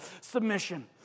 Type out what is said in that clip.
submission